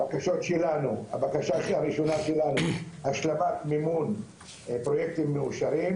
הבקשה הראשונה שלנו היא השלמת מימון פרויקטים מאושרים,